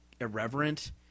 irreverent